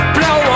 Blow